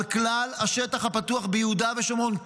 אלא על כלל השטח הפתוח ביהודה ושומרון,